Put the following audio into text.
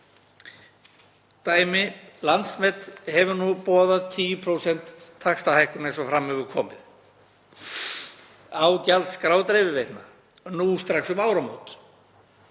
Dæmi: Landsnet hefur boðað 10% taxtahækkun, eins og fram hefur komið, á gjaldskrá dreifiveitna nú strax um áramót.